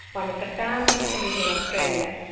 one of the founding cities in australia,